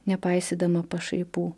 nepaisydama pašaipų